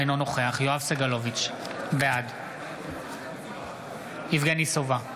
אינו נוכח יואב סגלוביץ' בעד יבגני סובה,